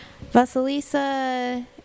Vasilisa